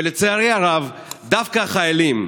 ולצערי הרב דווקא החיילים,